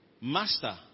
master